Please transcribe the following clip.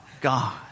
God